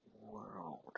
world